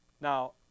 Now